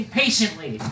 patiently